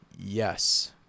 yes